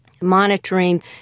monitoring